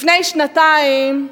לפני שנתיים,